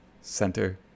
Center